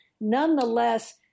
Nonetheless